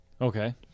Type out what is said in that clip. Okay